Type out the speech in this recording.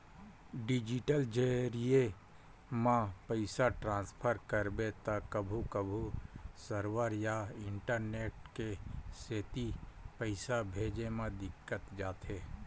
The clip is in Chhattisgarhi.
डिजिटल जरिए म पइसा ट्रांसफर करबे त कभू कभू सरवर या इंटरनेट के सेती पइसा भेजे म दिक्कत जाथे